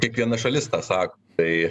kiekviena šalis tą sako tai